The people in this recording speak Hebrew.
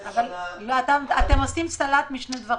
אתם עושים סלט משני דברים.